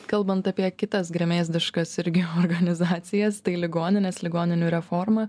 kalbant apie kitas gremėzdiškas irgi organizacijas tai ligoninės ligoninių reforma